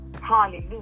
Hallelujah